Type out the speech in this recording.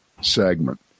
segment